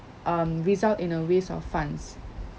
um result in a waste of funds